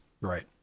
Right